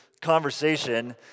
conversation